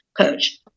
coach